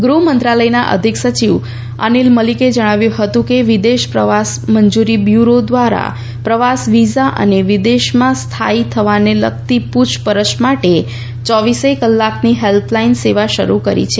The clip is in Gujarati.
ગૃહ મંત્રાલયના અધિક સચિવ અનીલ મલિકે જણાવ્યું હતું કે વિદેશ પ્રવાસ મંજુરી બ્યુરી ધ્વારા પ્રવાસ વિઝા અને વિદેશમાં સ્થાથી થવાને લગતી પુછપરછ માટે યોવીસેય કલાકની હેલ્પલાઇન સેવા શરૂ કરી છે